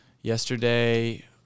Yesterday